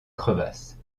crevasse